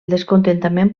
descontentament